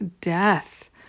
death